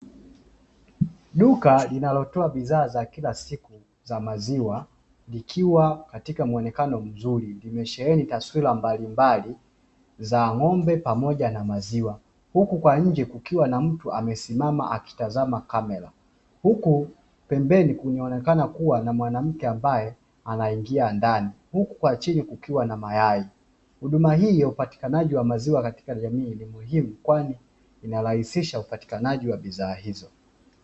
Duka linalotoa bidhaa za kila siku za maziwa likiwa katika muonekano mzuri imesheheni taswira mbalimbali za ng'ombe pamoja na maziwa, huku kwa nje kukiwa na mtu amesimama akitazama kamera huku pembeni kunionekana kuwa na mwanamke ambaye anaingia ndani, huku kwa kwa chini kukiwa na mayai, huduma hii ya upatikanaji wa maziwa katika jamii ni muhimu kwani inarahisisha upatikanaji wa bidhaa hizo.